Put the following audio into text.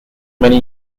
many